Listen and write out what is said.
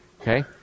okay